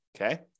Okay